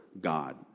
God